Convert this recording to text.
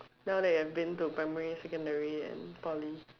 now that you have been to primary secondary and Poly